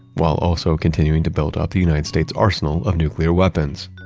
while also continuing to build up the united states arsenal of nuclear weapons.